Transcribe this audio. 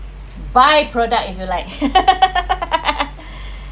by-product if you like